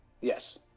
Yes